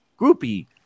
groupie